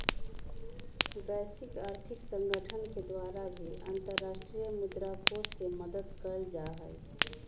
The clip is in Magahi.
वैश्विक आर्थिक संगठन के द्वारा भी अन्तर्राष्ट्रीय मुद्रा कोष के मदद कइल जाहई